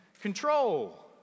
control